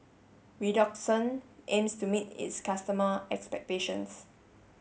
Redoxon aims to meet its customer' expectations